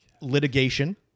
litigation